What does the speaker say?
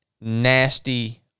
nasty